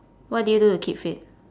what do you do to keep fit